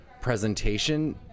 presentation